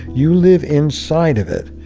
you live inside of it,